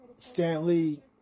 Stanley